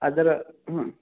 ಅದರ ಹ್ಞೂ